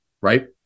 right